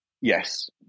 Yes